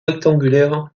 rectangulaire